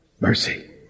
mercy